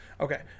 Okay